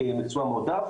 כמקצוע מועדף